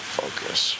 focus